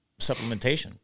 supplementation